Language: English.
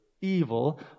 evil